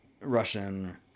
Russian